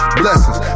blessings